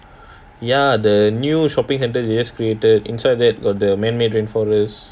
ya the new shopping centre just created inside that got the man made rainforest